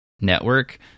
Network